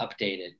updated